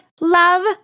love